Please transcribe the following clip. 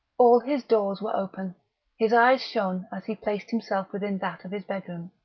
all his doors were open his eyes shone as he placed himself within that of his bedroom.